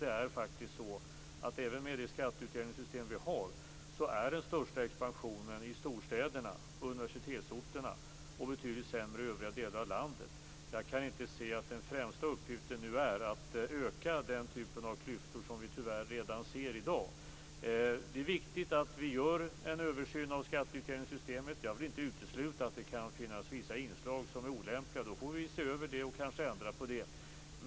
Det är faktiskt så att även med det skatteutjämningssystem som vi har, sker den största expansionen i storstäderna och universitetsorterna. Det är betydligt sämre i övriga delar av landet. Jag kan inte se att den främsta uppgiften nu är att öka den typen av klyftor som vi tyvärr redan ser i dag. Det är viktigt att vi gör en översyn av skatteutjämningssystemet. Jag vill inte utesluta att det kan finnas vissa inslag som är olämpliga. I så fall får vi se över dem och kanske ändra på dem.